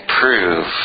prove